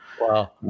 Wow